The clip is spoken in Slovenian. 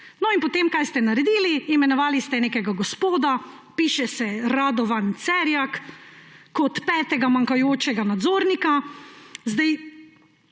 Kaj ste pa potem naredili? imenovali ste nekega gospoda, piše se Radovan Cerjak, kot petega manjkajočega nadzornika.